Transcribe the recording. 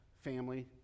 family